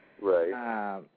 right